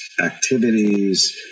activities